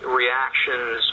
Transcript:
reactions